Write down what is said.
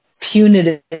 punitive